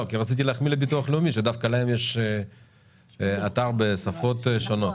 כי רציתי להחמיא לביטוח לאומי שדווקא להם יש אתר בשפות שונות.